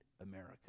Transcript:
America